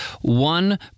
One